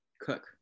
cook